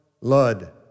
Lud